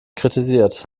kritisiert